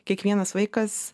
kiekvienas vaikas